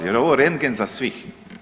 Jer je ovo rendgen za svih.